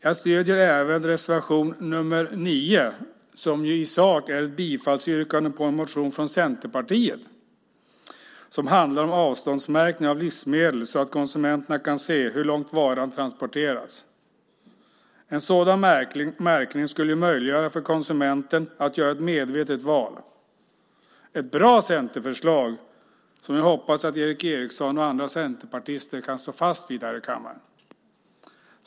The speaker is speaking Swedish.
Jag stöder även reservation nr 9 som i sak är ett bifallsyrkande på en motion från Centerpartiet och handlar om avståndsmärkning av livsmedel så att konsumenterna kan se hur långt varan transporterats. En sådan märkning skulle möjliggöra för konsumenten att göra ett medvetet val. Det är ett bra centerförslag som jag hoppas att Erik Eriksson och andra centerpartister kan stå fast vid.